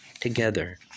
together